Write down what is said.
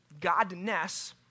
godness